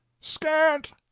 scant